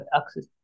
access